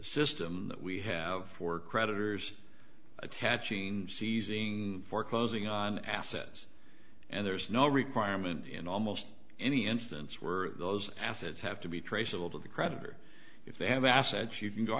system we have for creditors attaching seizing foreclosing on assets and there's no requirement in almost any instance where those assets have to be traceable to the creditor if they have assets you can go